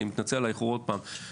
ואני מתנצל על האיחור עוד פעם,